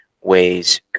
ways